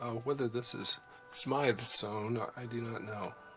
ah whether this is smyth sewn, i do not know.